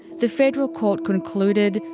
the federal court concluded,